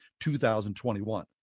2021